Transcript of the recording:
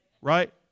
Right